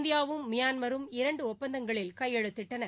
இந்தியாவும் மியான்மரும் இரண்டுடுப்பந்தங்களில் கையெழுத்திட்டனர்